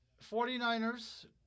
49ers